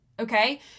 Okay